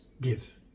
give